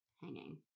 hanging